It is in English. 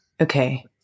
Okay